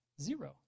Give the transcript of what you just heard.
Zero